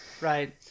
Right